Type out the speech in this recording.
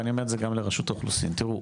ואני אומר את זה גם לרשות האוכלוסין תראו,